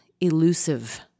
elusive